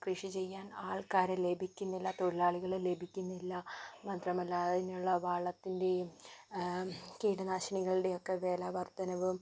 കൃഷി ചെയ്യാൻ ആൾക്കാരെ ലഭിക്കുന്നില്ല തൊഴിലാളികളെ ലഭിക്കുന്നില്ല മാത്രമല്ല അതിനുള്ള വളത്തിൻ്റെയും കീടനാശിനികളുടെയൊക്കെ വില വർധനവും